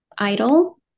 idle